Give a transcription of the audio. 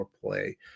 play